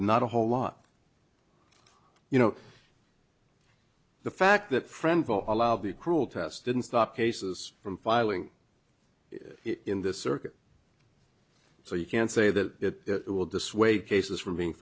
not a whole lot you know the fact that friend vote allowed the cruel test didn't stop cases from filing in this circuit so you can say that it will dissuade cases from being